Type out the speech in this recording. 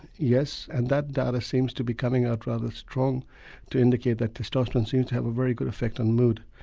yes and that data seems to be coming out rather strong to indicate that testosterone seems to have a very good effect on mood.